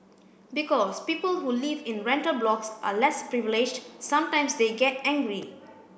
because people who live in rental blocks are less privileged sometimes they get angry